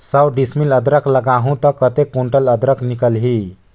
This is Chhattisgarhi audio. सौ डिसमिल अदरक लगाहूं ता कतेक कुंटल अदरक निकल ही?